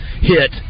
hit